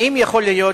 האם יכול להיות,